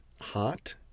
hot